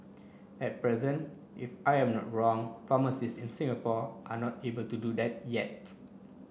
at present if I am not wrong pharmacist in Singapore are not able to do that yet